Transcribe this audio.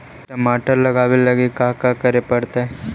टमाटर लगावे लगी का का करये पड़तै?